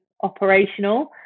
operational